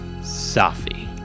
Safi